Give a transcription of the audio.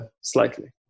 Slightly